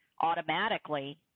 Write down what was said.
automatically